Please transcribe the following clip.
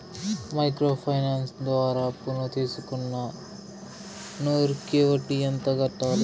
Micro finance ద్వారా అప్పును తీసుకున్న నూరు కి వడ్డీ ఎంత కట్టాలి?